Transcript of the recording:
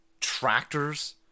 tractors